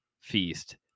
feast